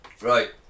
Right